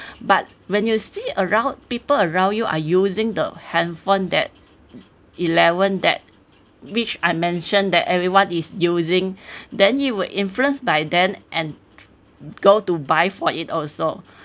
but when you stay around people around you are using the handphone that eleven that which I mentioned that everyone is using then you will influenced by them and go to buy for it also